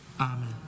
Amen